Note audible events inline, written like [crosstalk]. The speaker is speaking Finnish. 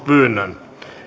[unintelligible] pyyntöä